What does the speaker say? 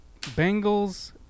Bengals